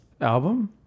album